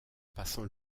passant